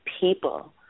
people